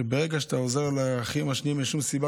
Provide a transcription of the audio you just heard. וברגע שאתה עוזר לאחים האחרים אין שום סיבה